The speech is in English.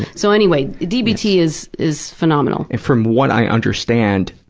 so, anyway, dbt is is phenomenal. from what i understand,